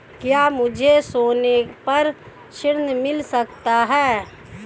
क्या मुझे सोने पर ऋण मिल सकता है?